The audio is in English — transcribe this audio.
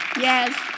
Yes